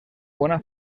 bona